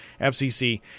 FCC